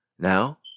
Now